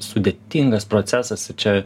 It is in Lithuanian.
sudėtingas procesas ir čia